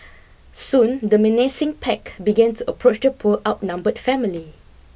soon the menacing pack began to approach the poor outnumbered family